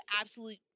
absolute